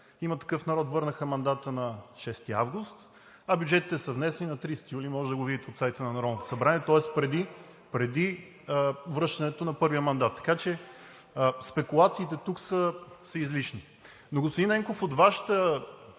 „Има такъв народ“ върнаха мандата на 6 август, а бюджетите са внесени на 30 юли – може да го видите от сайта на Народното събрание, тоест преди връщането на първия мандат. Така че спекулациите тук са излишни. Господин Ненков, от Вашето